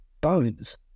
bones